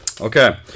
Okay